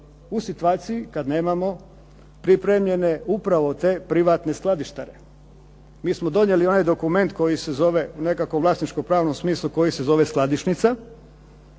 u situaciji kad nemamo pripremljene upravo te privatne skladištare. Mi smo donijeli onaj dokument koji se zove u nekakvom vlasničkopravnom smislu koji se zove skladišnica,